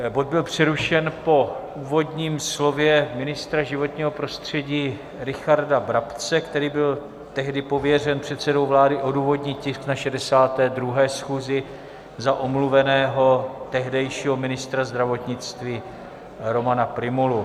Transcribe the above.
Bod byl přerušen po úvodním slově ministra životního prostředí Richarda Brabce, který byl tehdy pověřen předsedou vlády odůvodnit tisk na 62. schůzi za omluveného tehdejšího ministra zdravotnictví Romana Prymulu.